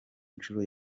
nshuro